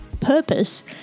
purpose